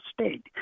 state